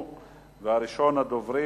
3409,